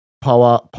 power